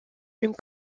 une